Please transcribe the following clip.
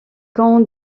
camps